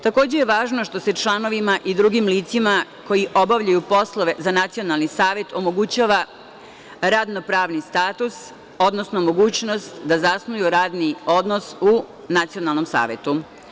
Takođe je važno što se članovima i drugim licima, koji obavljaju poslove za nacionalni savet, omogućava radno-pravni status, odnosno mogućnost da zasnuju radni odnos u nacionalnom savetu.